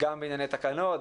גם בענייני תקנות,